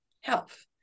health